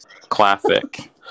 Classic